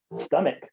stomach